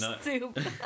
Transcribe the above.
soup